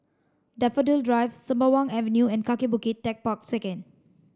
Daffodil Drive Sembawang Avenue and Kaki Bukit Techpark Second